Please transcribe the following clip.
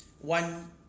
one